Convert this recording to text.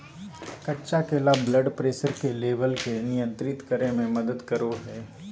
कच्चा केला blood pressure के लेवल के नियंत्रित करय में मदद करो हइ